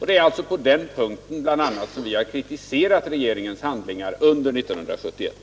Det är bl.a. på den punkten vi har kritiserat regeringens handlingar under 1971.